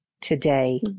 today